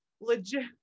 legit